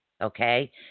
Okay